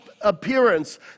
appearance